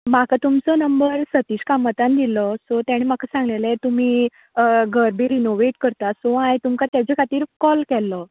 म्हाका तुमचो नंबर सतीश कामतान दिल्लो सो तेणे म्हाका सांगिल्लें तुमी घर बी रिनोवेट करतात सो हांवें तुमकां तेचे खातीर कोल केल्लो